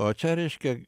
o čia reiškia